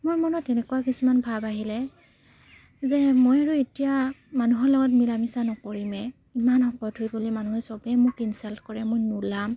মোৰ মনত এনেকুৱা কিছুমান ভাৱ আহিলে যে মই আৰু এতিয়া মানুহৰ লগত মিলা মিছা নকৰিমে ইমান শকত হৈ গ'লোঁ মানুহে চবেই মোক ইনচাল্ট কৰে মই নোলাম